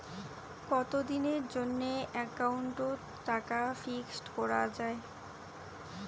কতদিনের জন্যে একাউন্ট ওত টাকা ফিক্সড করা যায়?